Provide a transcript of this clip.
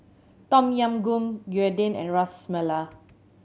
Tom Yam Goong Gyudon and Ras Malai